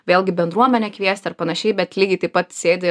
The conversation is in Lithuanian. vėlgi bendruomenę kviesti ar panašiai bet lygiai taip pat sėdi